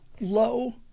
low